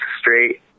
straight